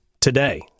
today